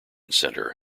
center